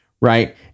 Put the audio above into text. Right